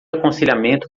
aconselhamento